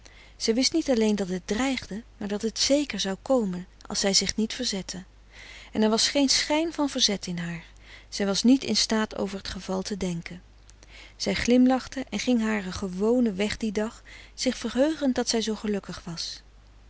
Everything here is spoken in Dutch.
zij wist niet alleen dat het dreigde maar dat het zeker zou komen als zij zich niet verzette en er was geen schijn van verzet in haar zij was niet in staat over het geval te denken zij glimlachte en ging haren gewonen weg dien dag zich verheugend dat zij zoo gelukkig was